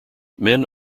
men